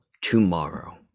tomorrow